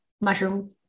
mushroom